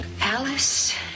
Alice